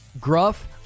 Gruff